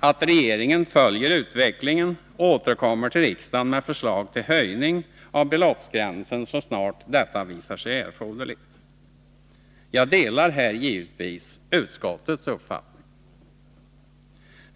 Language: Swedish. att regeringen följer utvecklingen och återkommer till riksdagen med förslag till höjning av belopps gränsen så snart detta visar sig erforderligt. Jag delar här givetvis utskottets uppfattning.